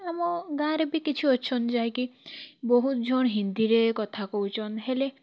ଆମ ଗାଁରେ ବି କିଛି ଅଛନ୍ ଯାହାକି ବହୁତ ଜଣ ହିନ୍ଦୀରେ କଥା କହୁଛନ୍ ହେଲେ